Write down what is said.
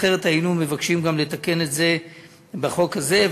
אחרת היינו מבקשים לתקן את זה גם בחוק הזה.